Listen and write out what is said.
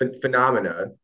phenomena